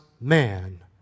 man